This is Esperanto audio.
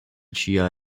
ĝia